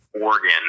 organ